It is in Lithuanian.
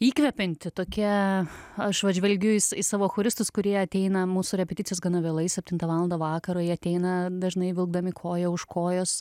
įkvepianti tokia aš vat žvelgiu į sa savo choristus kurie ateina į mūsų repeticijos gana vėlai septintą valandą vakaro jie ateina dažnai vilkdami koją už kojos